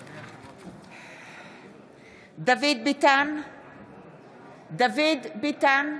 (קוראת בשמות חברי הכנסת) דוד ביטן,